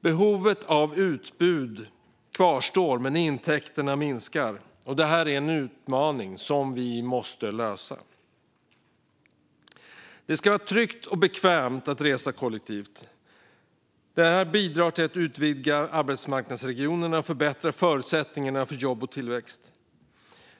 Behovet av utbud kvarstår, men intäkterna minskar. Det här är en utmaning som vi måste klara av. Det ska vara tryggt och bekvämt att resa kollektivt. Det bidrar till att utvidga arbetsmarknadsregionerna och förbättra förutsättningarna för jobb och tillväxt.